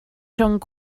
rhwng